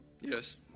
Yes